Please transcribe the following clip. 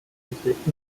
institute